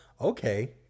Okay